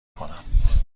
کنم